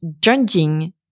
judging